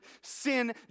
sin